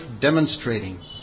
demonstrating